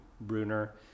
Bruner